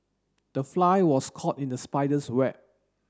the fly was caught in the spider's web